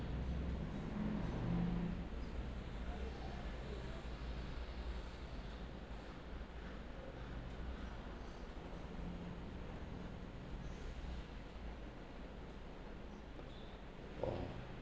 oh